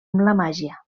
màgia